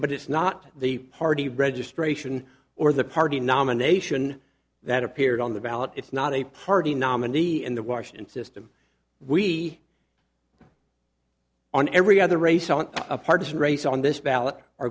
but it's not the party registration or the party nomination that appeared on the ballot it's not a party nominee and the washington system we on every other race on a partisan race on this